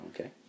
Okay